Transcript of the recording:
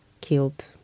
killed